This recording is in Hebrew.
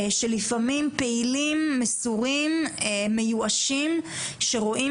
שלפעמים פעילים מסורים מיואשים שרואים